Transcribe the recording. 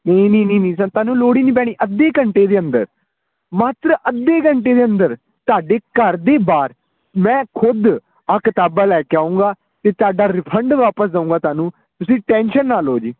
ਨਹੀਂ ਨਹੀਂ ਨਹੀਂ ਸਰ ਤੁਹਾਨੂੰ ਲੋੜ ਹੀ ਨਹੀਂ ਪੈਣੀ ਅੱਧੇ ਘੰਟੇ ਦੇ ਅੰਦਰ ਮਾਤਰ ਅੱਧੇ ਘੰਟੇ ਦੇ ਅੰਦਰ ਤੁਹਾਡੇ ਘਰ ਦੇ ਬਾਹਰ ਮੈਂ ਖੁਦ ਆਹ ਕਿਤਾਬਾਂ ਲੈ ਕੇ ਆਊਂਗਾ ਅਤੇ ਤੁਹਾਡਾ ਰਿਫੰਡ ਵਾਪਸ ਦਊਂਗਾ ਤੁਹਾਨੂੰ ਤੁਸੀਂ ਟੈਨਸ਼ਨ ਨਾ ਲਓ ਜੀ